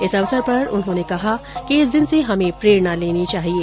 इस अवसर पर उन्होंने कहा कि इस दिन से हमे प्रेरणा लेनी चाहिये